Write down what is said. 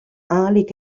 ahalik